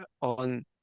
on